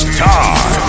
time